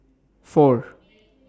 four